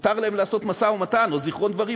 מותר להם לעשות משא-ומתן או זיכרון דברים,